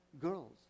girls